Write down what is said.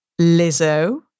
Lizzo